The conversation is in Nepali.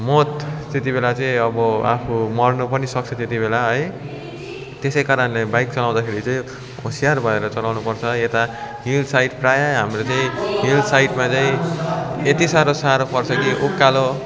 मौत त्यति बेला चाहिँ आबो आफू मर्नु पनि सक्स त्यति बेला है त्यसै कारणले चाहिँ बाइक चलाउँदाखेरि चाहिँ होसियर भएर चलाउनु पर्छ यता हिल साइड प्रायः हाम्रो चाहिँ हिल साइडमा चाहिँ यति साह्रो साह्रो पर्छ कि उकालो